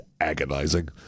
agonizing